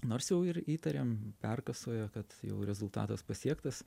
nors jau ir įtarėm perkasoje kad jau rezultatas pasiektas